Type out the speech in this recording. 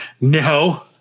No